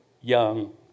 young